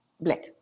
Black